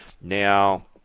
Now